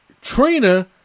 Trina